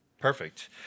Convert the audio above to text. Perfect